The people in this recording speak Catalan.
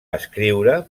escriure